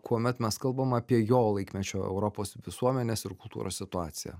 kuomet mes kalbam apie jo laikmečio europos visuomenės ir kultūros situaciją